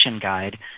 guide